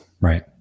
Right